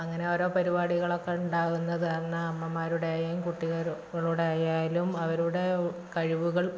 അങ്ങനെ ഓരോ പരിപാടികളൊക്കെ ഉണ്ടാവുന്നത് പറഞ്ഞാൽ അമ്മമാരുടേയും കുട്ടികളുടെയായാലും അവരുടെ കഴിവുകൾ